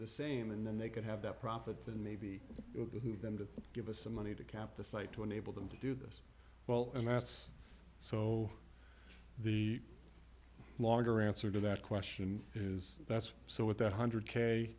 the same and then they could have that profit then maybe move them to give us some money to cap the site to enable them to do this well and that's so the longer answer to that question is that's so with that one hundred k